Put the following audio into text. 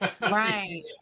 Right